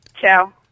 ciao